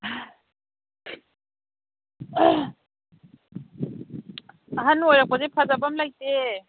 ꯑꯍꯟ ꯑꯣꯏꯔꯛꯄꯁꯦ ꯐꯖꯕꯝ ꯂꯩꯇꯦ